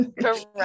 correct